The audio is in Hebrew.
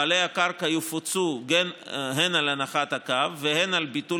בעלי הקרקע יפוצו הן על הנחת הקו והן על ביטול